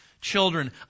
children